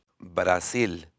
Brasil